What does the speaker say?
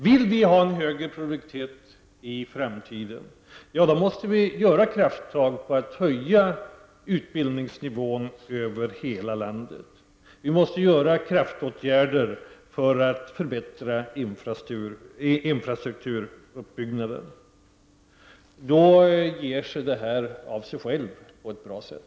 Om vi vill ha en högre produktivitet i framtiden måste vi ta krafttag för att höja utbildningsnivån över hela landet. Vi måste vidta kraftfulla åtgärder för att förbättra uppbyggnaden av infrastrukturen. Då ger sig detta av sig självt på ett bra sätt.